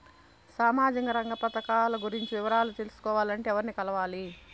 సామాజిక రంగ పథకాలు గురించి వివరాలు తెలుసుకోవాలంటే ఎవర్ని కలవాలి?